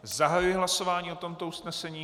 Zahajuji hlasování o tomto usnesení.